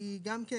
כי גם כן